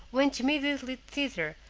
went immediately thither,